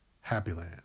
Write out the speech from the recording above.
Happyland